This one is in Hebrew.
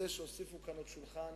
שוב אני נשאל על ביטוי שהשתמשתי בו,